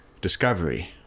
discovery